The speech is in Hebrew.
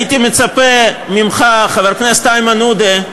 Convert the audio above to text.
הייתי מצפה ממך סוף-סוף, חבר הכנסת איימן עודה,